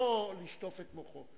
לא לשטוף את מוחו.